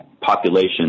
population